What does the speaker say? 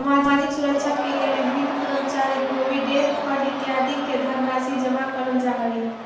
सामाजिक सुरक्षा के लिए विभिन्न कर्मचारी प्रोविडेंट फंड इत्यादि में धनराशि जमा करल जा हई